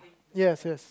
yes yes